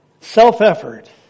Self-effort